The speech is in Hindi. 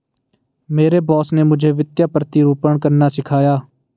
मेरे बॉस ने मुझे वित्तीय प्रतिरूपण करना सिखाया